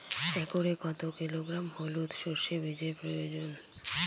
একরে কত কিলোগ্রাম হলুদ সরষে বীজের প্রয়োজন?